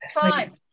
Fine